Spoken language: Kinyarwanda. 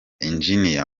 engineer